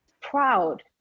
proud